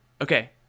okay